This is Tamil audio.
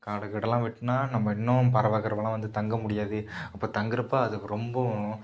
காடு கீடெலாம் வெட்டினா நம்ம இன்னும் பறவை கிறவைலாம் வந்து தங்க முடியாது அப்போ தங்கிறப்ப அதுக்கு ரொம்பவும்